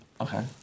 okay